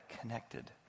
connected